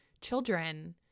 children